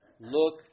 look